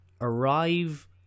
arrive